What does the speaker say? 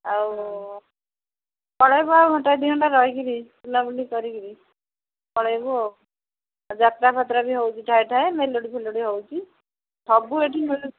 ଆଉ ପଳେଇବୁ ଆଉ ଘଣ୍ଟା ଦୁଇ ଘଣ୍ଟା ରହିକିରି ବୁଲାବୁଲି କରିକିରି ପଳେଇବୁ ଆଉ ଯାତ୍ରାଫାତ୍ରା ବି ହେଉଛି ଠାଏ ଠାଏ ମେଲୋଡ଼ି ଫେଲଡ଼ି ବି ହେଉଛି ସବୁ ଏଠି ମିଳୁଛି